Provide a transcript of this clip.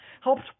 helped